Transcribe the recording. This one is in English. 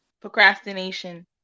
Procrastination